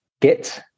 Git